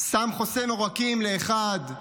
שם חוסם עורקים לאחד,